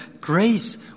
grace